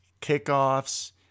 kickoffs